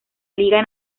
liga